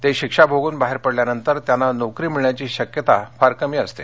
ते शिक्षाभोगून बाहेर पडल्यानंतर त्यांना नोकरी मिळण्याची शक्यता फार कमी असते